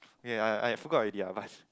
yea I I I forgot already ah but